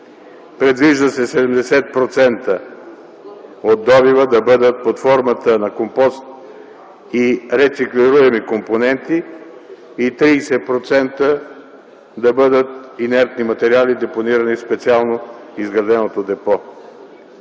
Предвижда се 70% от добива да бъдат под формата на компост и рециклируеми компоненти и 30% да бъдат инертни материали, депонирани специално в изграденото депо.